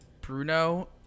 Bruno